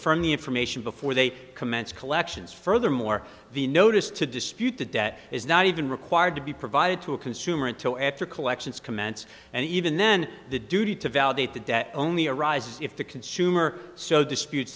confirm the information before they commence collections furthermore the notice to dispute the debt is not even required to be provided to a consumer until after collections commence and even then the duty to validate the debt only arises if the consumer so disputes